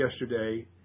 yesterday